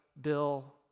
Bill